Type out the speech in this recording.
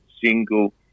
single